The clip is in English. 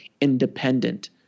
independent